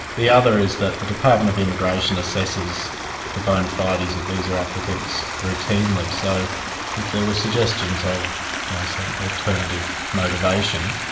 the other is that the department of immigration assesses the bona fides of visa applicants routinely, so if there was suggestions of some alternative motivation,